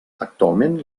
actualment